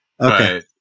Okay